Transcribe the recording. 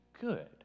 good